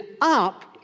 up